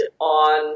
on